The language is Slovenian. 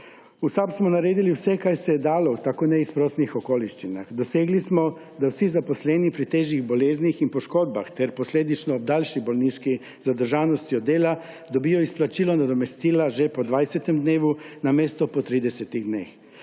V SAB smo naredili vse, kar se je dalo v tako neizprosnih okoliščinah. Dosegli smo, da vsi zaposleni pri težjih boleznih in poškodbah ter posledično ob daljši bolniški zadržanosti od dela, dobijo izplačilo nadomestila že po 20. dnevu, namesto po 30 dneh.